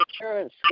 insurance